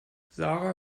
sara